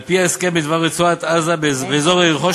על-פי ההסכם בדבר רצועת-עזה ואזור יריחו,